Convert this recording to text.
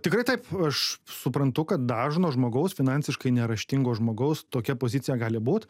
tikrai taip aš suprantu kad dažno žmogaus finansiškai neraštingo žmogaus tokia pozicija gali būt